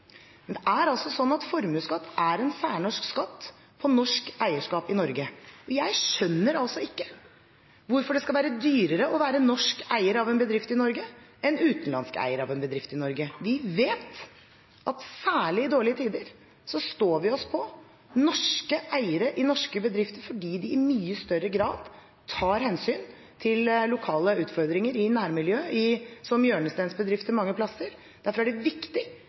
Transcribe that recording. er bra. Formuesskatt er en særnorsk skatt på norsk eierskap i Norge. Jeg skjønner ikke hvorfor det skal være dyrere å være norsk eier av en bedrift i Norge enn en utenlandsk eier av en bedrift i Norge. Vi vet at særlig i dårlige tider står vi oss på å ha norske eiere i norske bedrifter fordi de i mye større grad tar hensyn til lokale utfordringer i nærmiljøet, som hjørnestensbedrifter mange plasser. Derfor er det viktig